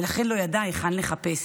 ולכן לא ידעה היכן לחפש,